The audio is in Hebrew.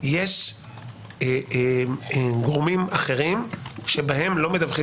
יש גורמים אחרים שבהם לא מדווחים